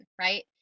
Right